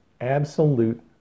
absolute